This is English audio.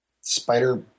spider